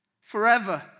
forever